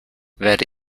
werde